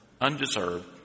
undeserved